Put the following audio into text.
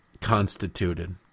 constituted